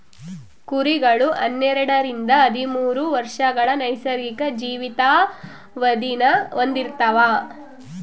ಕುರಿಗಳು ಹನ್ನೆರಡರಿಂದ ಹದಿಮೂರು ವರ್ಷಗಳ ನೈಸರ್ಗಿಕ ಜೀವಿತಾವಧಿನ ಹೊಂದಿರ್ತವ